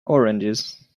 oranges